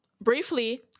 briefly